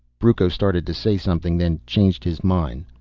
brucco started to say something, then changed his mind.